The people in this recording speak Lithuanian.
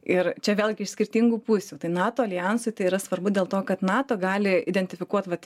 ir čia vėlgi iš skirtingų pusių tai nato aljansui tai yra svarbu dėl to kad nato gali identifikuot vat